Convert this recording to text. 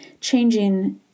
changing